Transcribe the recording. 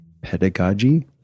pedagogy